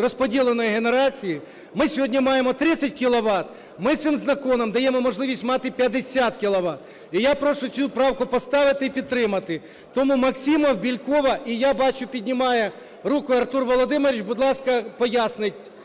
розподіленої генерації… Ми сьогодні маємо 30 кіловат, ми цим законом даємо можливість мати 50 кіловат. І я прошу цю правку поставити і підтримати. Тому Максим, Бєлькова, і я бачу, піднімає руку Артур Володимирович, будь ласка, пояснить.